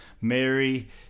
mary